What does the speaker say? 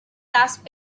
last